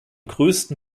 größten